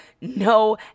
No